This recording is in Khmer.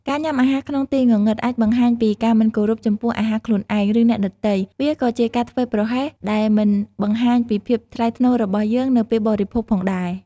ការញាំអាហារក្នុងទីងងឹត អាចបង្ហាញពីការមិនគោរពចំពោះអាហារខ្លួនឯង ឬអ្នកដទៃ វាក៏ជាការធ្វេសប្រហែសដែលមិនបង្ហាញពីភាពថ្លៃថ្នូររបស់យើងនៅពេលបរិភោគផងដែរ ។